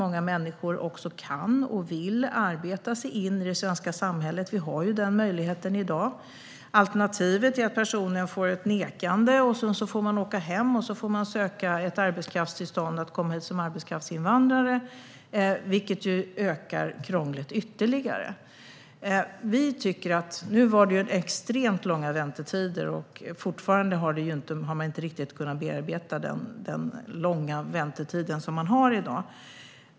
Många människor kan och vill arbeta sig in i det svenska samhället. Den möjligheten finns i dag. Alternativet är att personen får ett avslag och sedan får åka hem. Därefter får man söka tillstånd att komma hit som arbetskraftsinvandrare, vilket ju ökar krånglet ytterligare. Nu har det varit extremt långa väntetider, och man har fortfarande inte kunnat beta av dem.